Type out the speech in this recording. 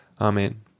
Amen